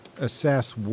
assess